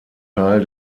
teil